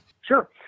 Sure